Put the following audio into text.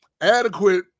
Adequate